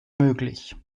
möglich